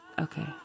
Okay